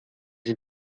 sie